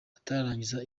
atararangiza